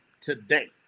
today